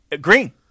Green